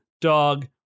dog